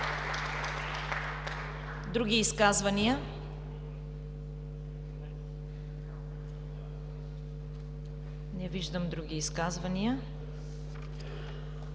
Други изказвания? Не виждам други изказвания.